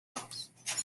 offs